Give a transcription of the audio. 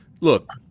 look